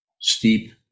steep